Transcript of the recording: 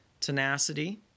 tenacity